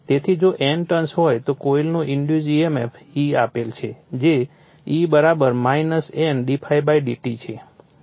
તેથી જો N turns હોય તો કોઇલમાં ઇન્ડુસ emf E આપેલ છે જે E N d∅dt છે